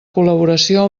col·laboració